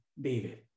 David